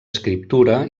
escriptura